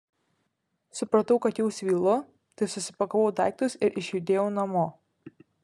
supratau kad jau svylu tai susipakavau daiktus ir išjudėjau namo